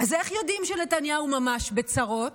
אז איך יודעים שנתניהו ממש בצרות?